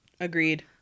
Agreed